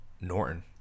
Norton